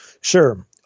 Sure